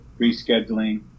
rescheduling